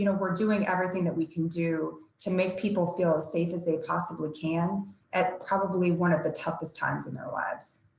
you know we're doing everything that we can do to make people feel as safe as they possibly can at probably one of the toughest times in their lives.